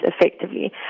effectively